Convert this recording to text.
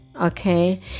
okay